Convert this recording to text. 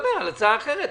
נדבר על הצעה אחרת,